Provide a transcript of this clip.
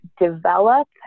develop